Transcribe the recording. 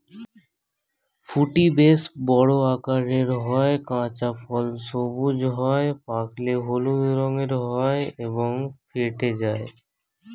ফুটি বেশ বড় আকারের হয়, কাঁচা ফল সবুজ হয়, পাকলে হলুদ রঙের হয় এবং ফেটে যায়